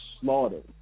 slaughtered